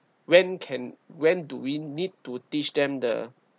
when can when do we need to teach them the